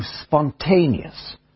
spontaneous